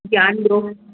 ज्ञान ॾियो